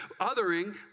othering